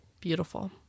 beautiful